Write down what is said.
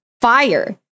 fire